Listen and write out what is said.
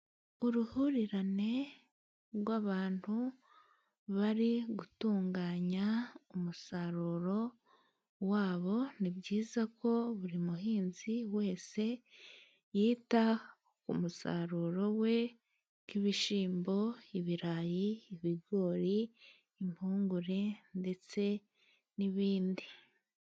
Uruhurirane rw'abantu bari gutunganya umusaruro wabo. Ni byiza ko buri muhinzi wese yita ku musaruro we nk'ibishyimbo, ibirayi, ibigori, impungure ndetse n'ibindi.